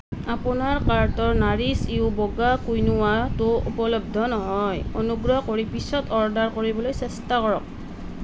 আপোনাৰ কাৰ্টৰ নাৰিছ ইউ বগা কুইনোৱাটো উপলব্ধ নহয় অনুগ্ৰহ কৰি পিছত অৰ্ডাৰ কৰিবলৈ চেষ্টা কৰক